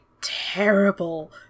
terrible